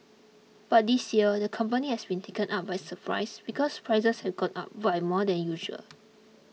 but this year the company has been taken out by surprise because prices have gone up by more than usual